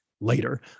later